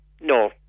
no